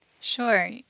Sure